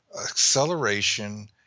acceleration